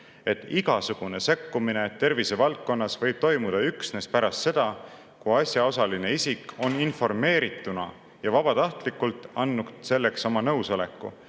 et igasugune sekkumine tervise valdkonnas võib toimuda üksnes pärast seda, kui asjaosaline isik on informeerituna ja vabatahtlikult andnud selleks oma nõusoleku.